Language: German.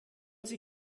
sie